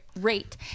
rate